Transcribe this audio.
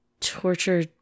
torture